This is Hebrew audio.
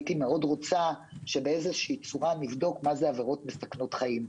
הייתי מאוד רוצה שנבדוק מה זה עבירות מסכנות חיים.